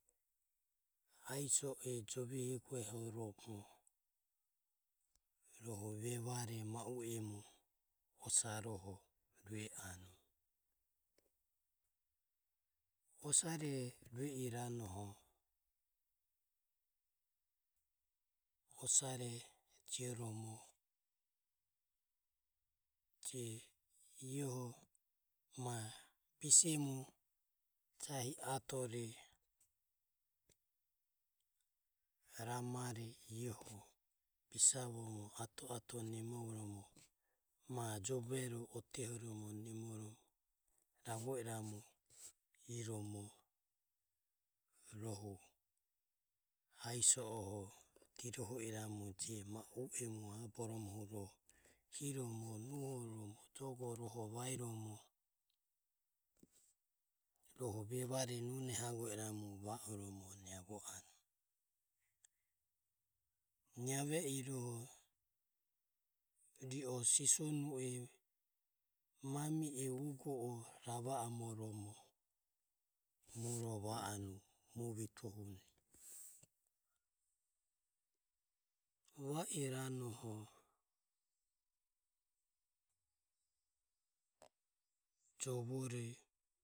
Ae so e jove eguehoromo rohu vevare osaroho rue anue. Osare rue iranoho osare je iae ho ma bisemu jahi ramare iaeho ato ato voromo ma jovero ote horomo nemo anue. Ravo iramu rohu ae so e diroho iramu rohu je ma u emu jogoroho vaeromo rohu vevare nune haguo iramu rue roho niavo anue. Nia ve iroho ri o sisonu e mami e ugo e rava amo romo mure va anue. Va iranoho jovore.